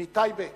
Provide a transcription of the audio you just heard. מטייבה.